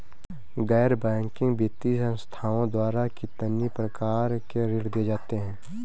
गैर बैंकिंग वित्तीय संस्थाओं द्वारा कितनी प्रकार के ऋण दिए जाते हैं?